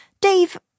Dave